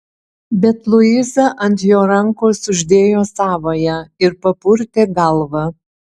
bet luiza ant jo rankos uždėjo savąją ir papurtė galvą